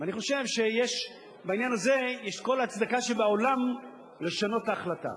ואני חושב שבעניין הזה יש כל ההצדקה שבעולם לשנות את ההחלטה.